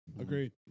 Agreed